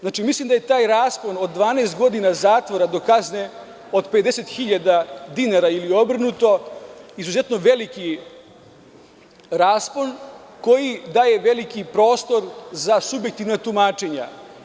Znači, mislim da je taj raspon od 12 godina zatvora do kazne od 50.000 dinara ili obrnuto izuzetno veliki raspon koji daje veliki prostor za subjektivna tumačenja.